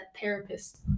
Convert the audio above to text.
therapist